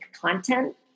content